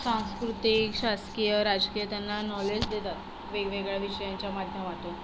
सांस्कृतिक शासकीय राजकीय त्यांना नॉलेज देतात वेगवेगळ्या विषयाच्या माध्यमातून